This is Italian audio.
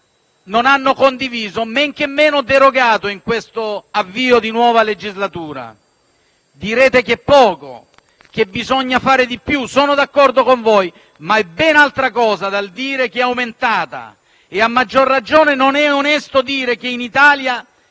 non hanno condiviso, men che meno derogato in questo avvio di nuova legislatura. Direte che è poco, che bisogna fare di più; sono d'accordo con voi, ma è ben altra cosa dal dire che la pressione fiscale è aumentata. A maggior ragione non è onesto dire che in Italia,